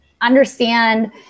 understand